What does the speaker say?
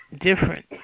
different